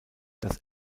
das